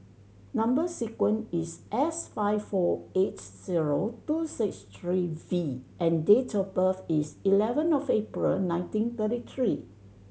number sequence is S five four eight zero two six three V and date of birth is eleven of April nineteen thirty three